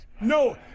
No